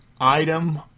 item